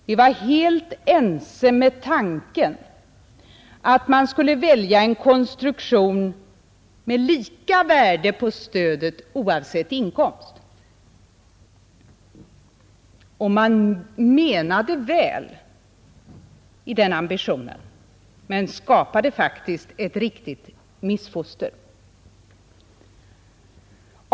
Vi var helt överens med finansministern om tanken att man skulle välja en konstruktion med lika värde på stödet, oavsett inkomst. Man menade väl i den ambitionen men skapade faktiskt ett riktigt missfoster.